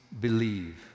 believe